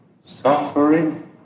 suffering